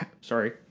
sorry